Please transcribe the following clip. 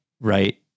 right